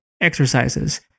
exercises